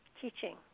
teaching